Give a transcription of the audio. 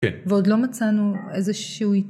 ועוד לא מצאנו איזה שהוא ...